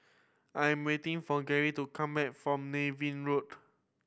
I am waiting for Gary to come back from Niven Road